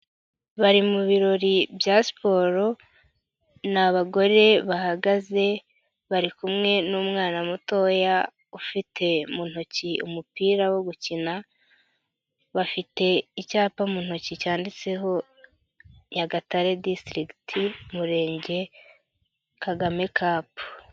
Bari mu birori bya siporo, ni abagore bahagaze bari kumwe n'umwana mutoya ufite mu ntoki umupira wo gukina, bafite icyapa mu ntoki cyanditseho Nyagatare district Umurenge Kagame cup.